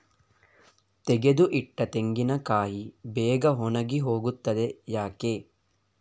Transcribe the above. ತೆಗೆದು ಇಟ್ಟ ತೆಂಗಿನಕಾಯಿ ಬೇಗ ಒಣಗಿ ಹೋಗುತ್ತದೆ ಯಾಕೆ?